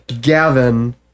Gavin